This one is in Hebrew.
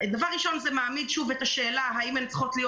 וזה מעמיד את השאלה: האם הן צריכות להיות